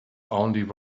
only